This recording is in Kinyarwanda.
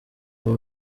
ubu